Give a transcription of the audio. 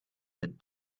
that